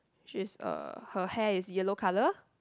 she's uh her hair is yellow colour